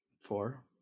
Four